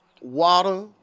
water